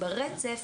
ברצף